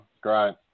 Great